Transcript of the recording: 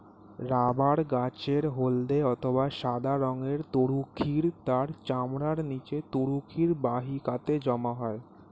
rubber গাছের হল্দে অথবা সাদা রঙের তরুক্ষীর তার চামড়ার নিচে তরুক্ষীর বাহিকাতে জমা হয়